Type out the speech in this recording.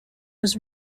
was